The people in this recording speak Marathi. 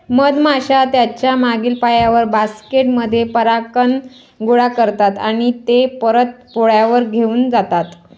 मधमाश्या त्यांच्या मागील पायांवर, बास्केट मध्ये परागकण गोळा करतात आणि ते परत पोळ्यावर घेऊन जातात